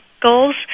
goals